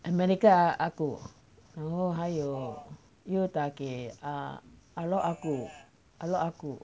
america ah gu 然后还有又打给 err ah rou ah gu ah rou ah gu